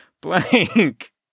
blank